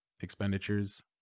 expenditures